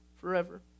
forever